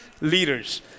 leaders